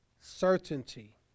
certainty